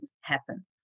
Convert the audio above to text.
happen